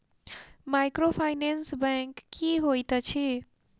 Microfinance bank की होइत अछि?